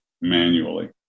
manually